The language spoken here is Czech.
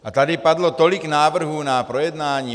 A tady padlo tolik návrhů na projednání.